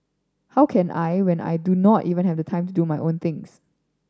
how can I when I do not even have time to do my own things